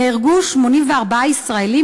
נהרגו 84 ישראלים,